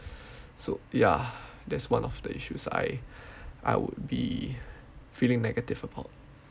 so ya that's one of the issues I I would be feeling negative about